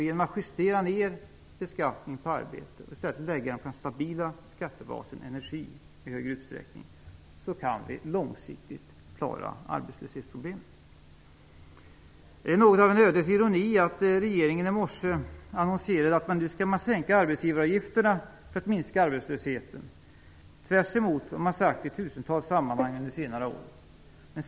Genom att justera ned beskattningen på arbete och i stället lägga beskattningen på den stabila skattebasen energi i större utsträckning kan vi långsiktigt klara arbetslöshetsproblemet. Det är något av en ödets ironi att regeringen i morse annonserade att man nu skall sänka arbetsgivaravgifterna för att minska arbetslösheten, tvärtemot vad man har sagt i tusentals sammanhang under senare år.